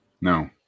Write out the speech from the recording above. no